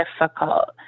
difficult